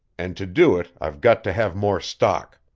and to do it i've got to have more stock.